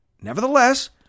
nevertheless